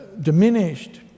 diminished